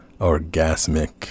orgasmic